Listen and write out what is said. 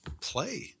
play